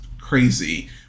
crazy